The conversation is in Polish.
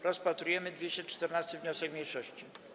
Rozpatrujemy 214. wniosek mniejszości.